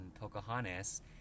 Pocahontas